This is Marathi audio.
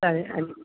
चालेल आणि